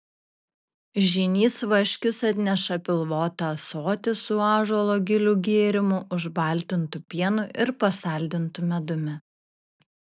žynys vaškius atneša pilvotą ąsotį su ąžuolo gilių gėrimu užbaltintu pienu ir pasaldintu medumi